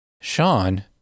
Sean